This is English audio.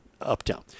uptown